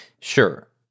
sure